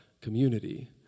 community